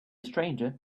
stranger